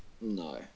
No